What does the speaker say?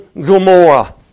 Gomorrah